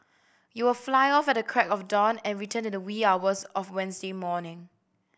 you'll fly off at the crack of dawn and return in the wee hours of Wednesday morning